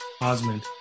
Osmond